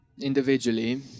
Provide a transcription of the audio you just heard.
individually